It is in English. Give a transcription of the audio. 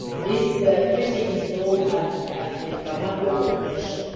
this treaty is known at at the bamako convention.